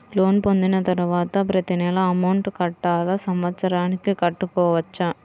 Loan పొందిన తరువాత ప్రతి నెల అమౌంట్ కట్టాలా? సంవత్సరానికి కట్టుకోవచ్చా?